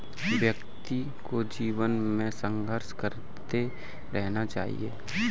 व्यक्ति को जीवन में संघर्ष करते रहना चाहिए